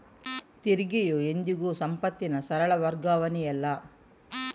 ತೆರಿಗೆಯು ಎಂದಿಗೂ ಸಂಪತ್ತಿನ ಸರಳ ವರ್ಗಾವಣೆಯಲ್ಲ